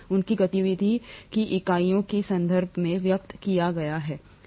उनकी गतिविधि है गतिविधि की इकाइयों के संदर्भ में व्यक्त किया गया है है ना